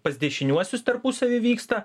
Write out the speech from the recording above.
pas dešiniuosius tarpusavy vyksta